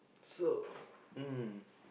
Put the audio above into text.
so um